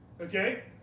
Okay